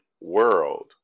world